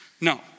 No